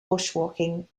bushwalking